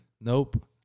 Nope